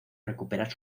recuperar